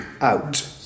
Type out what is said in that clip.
out